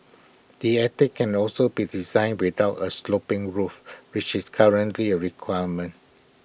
the attic can also be designed without A sloping roof which is currently A requirement